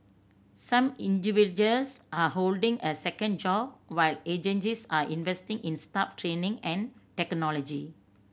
some individuals are holding a second job while agencies are investing in staff training and technology